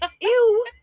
Ew